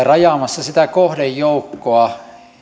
rajaamassa sitä kohdejoukkoa